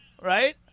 right